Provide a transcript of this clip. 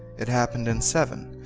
it happened in seven,